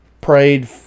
prayed